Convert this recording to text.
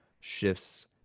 shifts